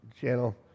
channel